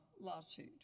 lawsuit